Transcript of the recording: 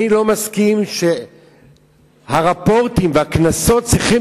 אני לא מסכים שהרפורטים והקנסות צריכים